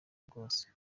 bwose